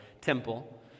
temple